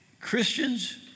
Christians